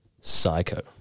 Psycho